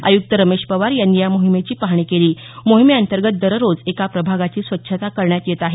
आयुक्त रमेश पवार यांनी या मोहिमेची पाहणी केली मोहिमेअंतर्गत दररोज एका प्रभागाची स्वच्छता करण्यात येत आहे